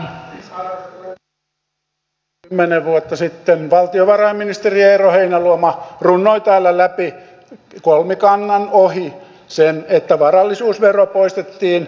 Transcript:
tasan kymmenen vuotta sitten valtiovarainministeri eero heinäluoma runnoi täällä läpi kolmikannan ohi sen että varallisuusvero poistettiin